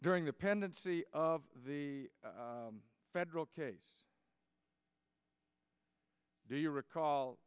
during the pendency of the federal case do you recall